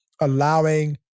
allowing